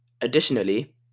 Additionally